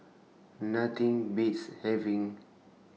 Nothing Beats having